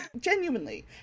genuinely